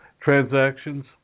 transactions